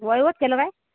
वय वच केलं काय